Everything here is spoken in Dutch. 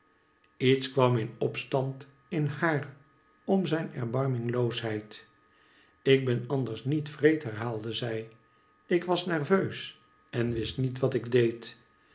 lets kwam in opstand in haar om zijn erbarmingloosheid ik ben anders niet wreed herhaalde zij ik was nerveus en wist niet wat ik deed